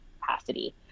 capacity